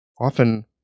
Often